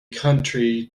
country